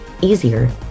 easier